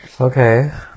okay